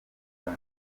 neza